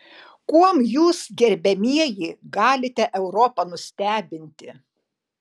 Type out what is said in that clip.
kuom jūs gerbiamieji galite europą nustebinti